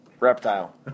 Reptile